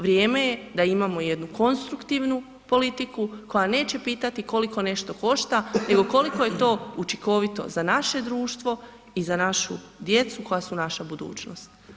Vrijeme je da imamo jednu konstruktivnu politiku koja neće pitati koliko nešto košta nego koliko je to učinkovito za naše društvo i za našu djecu koja su naša budućnost.